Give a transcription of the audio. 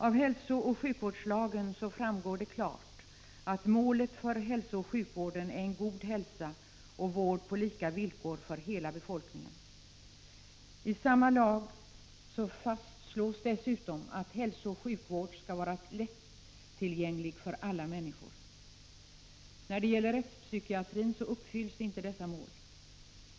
Av hälsooch sjukvårdslagen framgår det klart att målet för hälsooch sjukvården är en god hälsa och vård på lika villkor för hela befolkningen. I samma lag fastslås dessutom att hälsooch sjukvård skall vara lättillgänglig för alla människor. När det gäller rättspsykiatrin uppfylls inte dessa mål.